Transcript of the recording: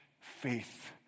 faith